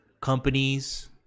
Companies